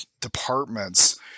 departments